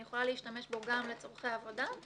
אני יכולה להשתמש בו גם לצרכי עבודה.